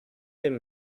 him